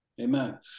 Amen